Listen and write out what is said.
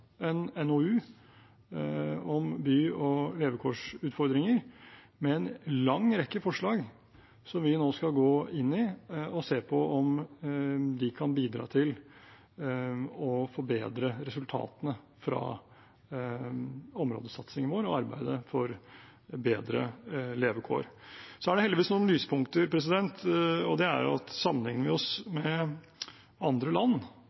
en NOU om by- og levekårsutfordringer med en lang rekke forslag som vi nå skal gå inn i og se på om kan bidra til å forbedre resultatene fra områdesatsingen vår og arbeidet for bedre levekår. Det er heldigvis noen lyspunkter, og det er at sammenligner vi oss med andre land,